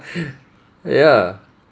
ya